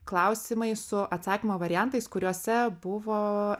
klausimais su atsakymo variantais kuriuose buvo